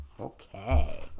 Okay